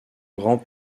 grand